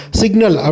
signal